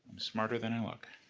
smarter than i look.